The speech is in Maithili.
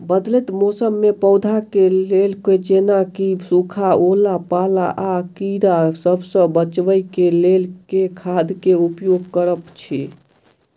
बदलैत मौसम मे पौधा केँ लेल जेना की सुखा, ओला पाला, आ कीड़ा सबसँ बचबई केँ लेल केँ खाद केँ उपयोग करऽ छी?